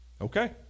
okay